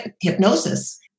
hypnosis